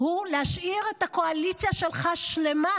הוא להשאיר את הקואליציה שלך שלמה,